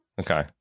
Okay